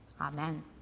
Amen